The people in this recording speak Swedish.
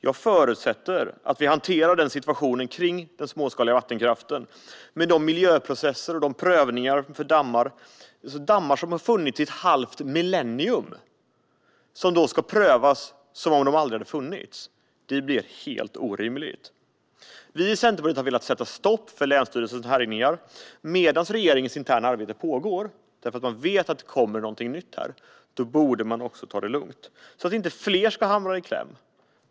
Jag förutsätter att vi hanterar situationen för den småskaliga vattenkraften med miljöprocesser och prövningar för dammar - dammar som har funnits i ett halvt millenium men som nu ska prövas som om de aldrig hade funnits. Det är orimligt. Vi i Centerpartiet har velat sätta stopp för länsstyrelsernas härjningar medan regeringens interna arbete pågår. Man vet att det kommer någonting nytt, och då borde man också ta det lugnt så att inte fler ska hamna i kläm.